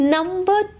Number